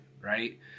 right